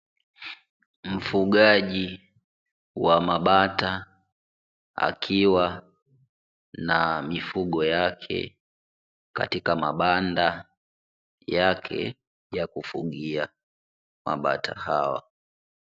Mfugaji wa mabata, akiwa na mifugo yake katika mabanda yake ya kufugia mabata hawa.